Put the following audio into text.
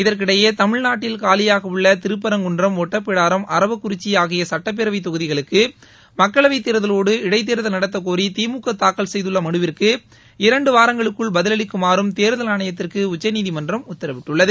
இதற்கிடையே தமிழ்நாட்டில் காலியாக உள்ள திருப்பரங்குன்றம் ஒட்டப்பிடாரம் அரவாக்குறிச்சி ஆகிய சுட்டப்பேரவைத் தொகுதிகளுக்கு மக்களவைத் தேர்தவோடு இடைத்தேர்தல் நடத்தக்கோரி திமுக தங்கல் செய்துள்ள மனுவிற்கு இரண்டு வாரங்களுக்குள் பதிவளிக்குமாறும் தேர்தல் ஆணையத்திற்கு உச்சநீதிமன்றம் உத்தரவிட்டுள்ளது